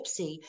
gypsy